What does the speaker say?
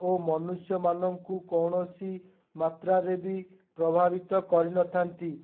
ଓ ମନୁଷ୍ୟମାନଙ୍କୁ କୌଣସି ମାତ୍ରାରେ ବି ପ୍ରଭାବିତ କରିନଥାନ୍ତି